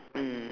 mm